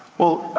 well,